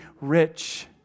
Rich